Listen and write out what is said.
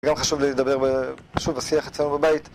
גם חשוב לי לדבר בשיח אצלנו בבית.